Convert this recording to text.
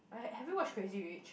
i hav~ have you watch Crazy-Rich